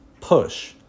push